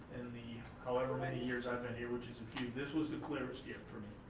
in the however many years i've been here which is a few, this was the clearest year for me,